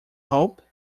hope